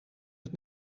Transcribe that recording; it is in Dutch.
het